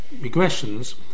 regressions